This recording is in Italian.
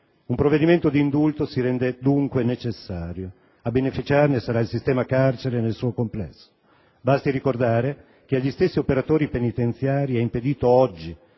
Un provvedimento di indulto si rende dunque necessario. A beneficiarne, sarà il sistema carcere nel suo complesso: basti ricordare che agli stessi operatori penitenziari è impedito oggi